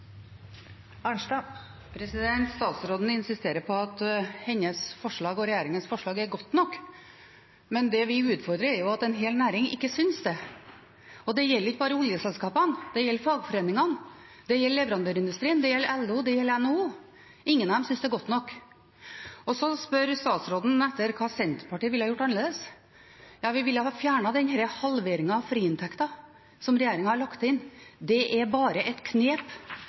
Arnstad – til oppfølgingsspørsmål. Statsråden insisterer på at hennes og regjeringens forslag er godt nok, men det vi utfordrer, er at en hel næring ikke synes det. Det gjelder ikke bare oljeselskapene, det gjelder fagforeningene, det gjelder leverandørindustrien, det gjelder LO, og det gjelder NHO – ingen av dem synes det er godt nok. Så spør statsråden om hva Senterpartiet ville gjort annerledes. Vi ville ha fjernet denne halveringen av friinntekten som regjeringen har lagt inn. Det er bare et knep